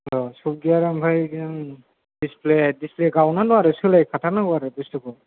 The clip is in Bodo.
औ सफ्टवेयार ओमफ्राय नों डिसप्ले गावनानै दं आरो नों सोलायखाथारनांगौ आरो बुस्थुखौ